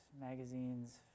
magazines